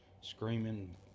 screaming